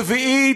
רביעית,